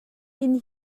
inn